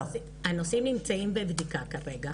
לא! הנושאים נמצאים בבדיקה כרגע.